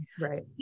Right